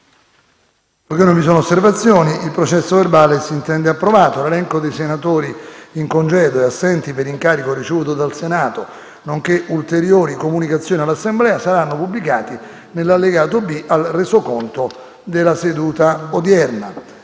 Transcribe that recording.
apre una nuova finestra"). L'elenco dei senatori in congedo e assenti per incarico ricevuto dal Senato, nonché ulteriori comunicazioni all'Assemblea saranno pubblicati nell'allegato B al Resoconto della seduta odierna.